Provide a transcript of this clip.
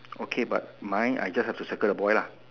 okay but mine I just have to circle the boy lah